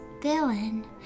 villain